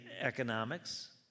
economics